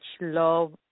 love